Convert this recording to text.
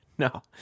no